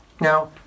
now